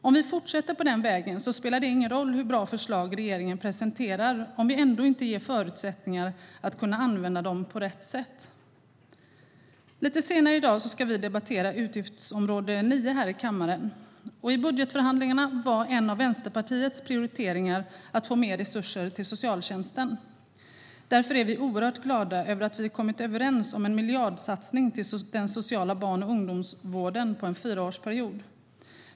Om vi fortsätter på den vägen spelar det ingen roll hur bra förslag regeringen presenterar om vi ändå inte ger förutsättningar att använda dem på rätt sätt. Lite senare i dag ska utskottet debattera utgiftsområde 9 i kammaren. I budgetförhandlingarna var en av Vänsterpartiets prioriteringar att få mer resurser till socialtjänsten. Därför är vi oerhört glada över att vi har kommit överens om en miljardsatsning till den sociala barn och ungdomsvården under en fyraårsperiod.